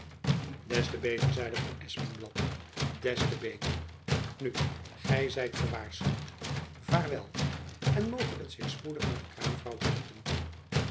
te beter zeide van espenblad des te beter nu gy zijt gewaarschuwd vaarwel en moge het zich spoedig met de kraamvrouw schikken